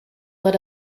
let